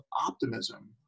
optimism